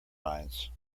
mines